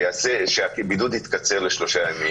שהבידוד יתקצר לשלושה ימים.